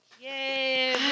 yay